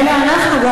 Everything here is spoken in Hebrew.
מילא אנחנו.